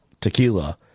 tequila